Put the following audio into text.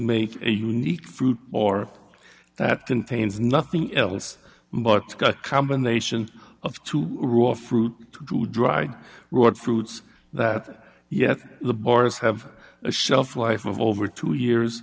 make a unique fruit or that contains nothing else but combination of to rule fruit to dry rot fruits that yet the bores have a shelf life of over two years